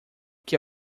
que